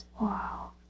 wow